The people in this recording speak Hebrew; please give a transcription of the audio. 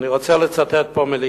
אני רוצה לצטט פה מלים